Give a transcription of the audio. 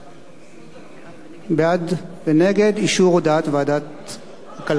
בעד ונגד אישור הודעת ועדת הכלכלה, נא להצביע.